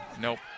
Nope